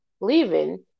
leaving